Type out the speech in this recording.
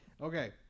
Okay